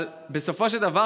אבל בסופו של דבר,